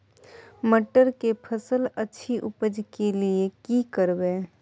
मटर के फसल अछि उपज के लिये की करबै?